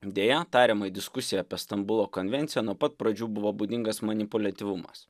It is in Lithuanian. deja tariamai diskusijai apie stambulo konvenciją nuo pat pradžių buvo būdingas manipuliavimas